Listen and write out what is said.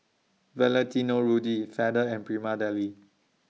Valentino Rudy Feather and Prima Deli